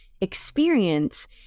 experience